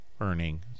earning